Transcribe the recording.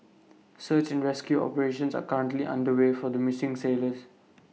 search and rescue operations are currently underway for the missing sailors